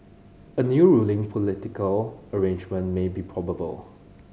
a new ruling political arrangement may be probable